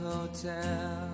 Hotel